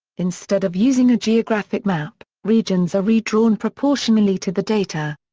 instead of using a geographic map, regions are redrawn proportionally to the data.